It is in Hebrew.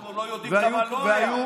אנחנו לא יודעים כמה לא היו.